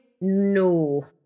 No